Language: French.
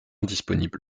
disponible